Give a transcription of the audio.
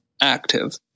active